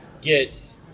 get